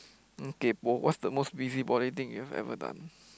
mm kaypoh what's the most busybody thing you have ever done